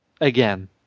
again